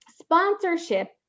sponsorship